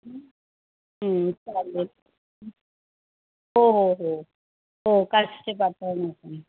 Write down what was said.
चालेल हो हो हो हो काष्टी पातळ